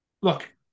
look